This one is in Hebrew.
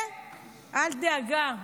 אל דאגה.